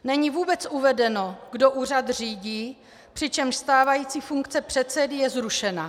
Není vůbec uvedeno, kdo úřad řídí, přičemž stávající funkce předsedy je zrušena.